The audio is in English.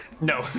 No